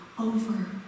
over